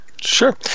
Sure